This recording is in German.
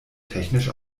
technisch